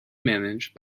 managed